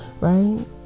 right